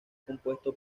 compuesto